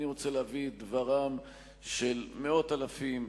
אני רוצה להביא את דברם של מאות אלפים,